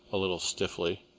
a little stiffly.